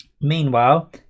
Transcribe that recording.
Meanwhile